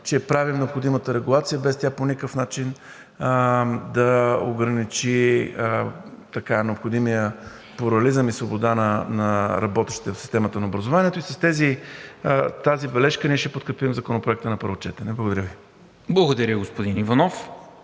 че правим необходимата регулация, без тя по никакъв начин да ограничи така необходимия плурализъм и свобода на работещите в системата на образованието. С тази бележка ние ще подкрепим Законопроекта на първо четене. Благодаря Ви. ПРЕДСЕДАТЕЛ НИКОЛА